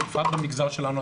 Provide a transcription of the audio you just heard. בפרט במגזר שלנו,